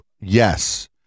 Yes